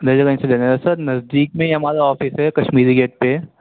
دریا گنج سے لینا ہے سر نزدیک میں ہی ہمارا آفس ہے کشمیری گیٹ پہ